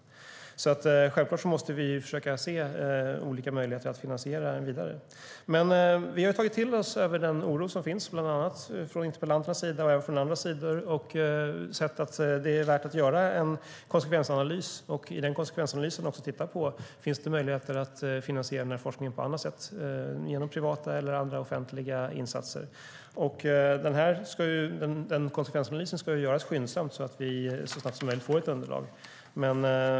Självklart måste vi försöka se olika möjligheter att finansiera detta vidare. Konsekvensanalysen ska göras skyndsamt så att vi får ett underlag så snabbt som möjligt.